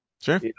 sure